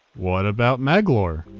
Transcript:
what about maglor?